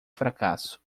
fracasso